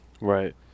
right